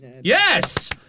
Yes